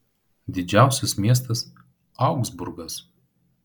didžiausias miestas augsburgas